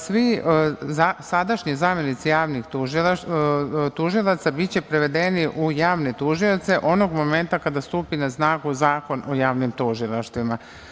Svi sadašnji zamenici javnih tužilaca biće prevedeni u javne tužioce onog momenta kada stupi na snagu Zakon o javnim tužilaštvima.